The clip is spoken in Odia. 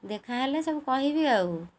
ଦେଖା ହେଲେ ସବୁ କହିବି ଆଉ